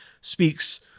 speaks